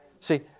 See